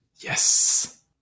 yes